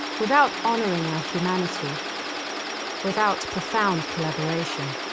without honoring our humanity without profound collaboration.